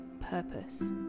purpose